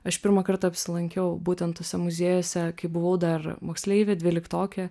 aš pirmą kartą apsilankiau būtent tuose muziejuose kai buvau dar moksleivė dvyliktokė